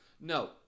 No